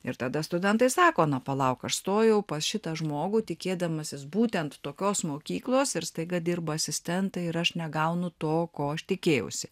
ir tada studentai sako na palauk aš stojau pas šitą žmogų tikėdamasis būtent tokios mokyklos ir staiga dirba asistentai ir aš negaunu to ko aš tikėjausi